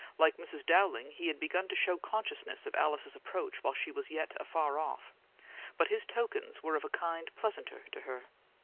like mrs. dowling, he had begun to show consciousness of alice's approach while she was yet afar off but his tokens were of a kind pleasanter to her.